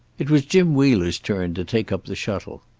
it was jim wheeler's turn to take up the shuttle.